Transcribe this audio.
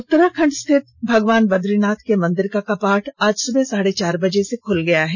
उत्तराखंड स्थित भगवान बद्रीनाथ के मंदिर का कपाट आज सुबह साढ़े चार बजे से खुल गया है